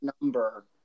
number